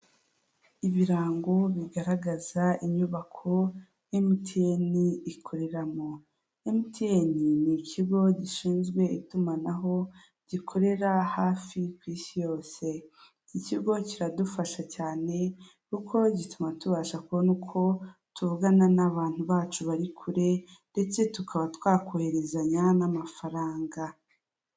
Ibirango bigaragaza inyubako emutiyene ikoreramo, emutiyene ni ikigo gishinzwe itumanaho gikorera hafi ku isi yose. Iki kigo kiradufasha cyane kuko gituma tubasha kubona uko tuvugana n'abantu bacu bari kure ndetse tukaba twakohererezanya n'amafaranga.